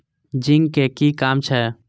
Zinc के कि काम छै?